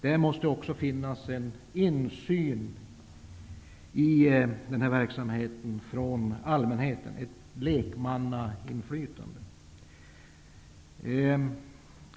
Det måste också finnas möjlighet till insyn för allmänheten i denna verksamhet, ett lekmannainflytande.